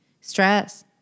stress